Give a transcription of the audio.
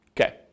Okay